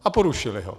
A porušili ho.